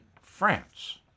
France